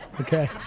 okay